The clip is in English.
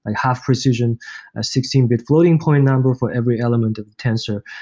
ah half precision sixteen bit floating-point number for every element at the tensor,